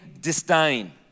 disdain